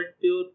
pure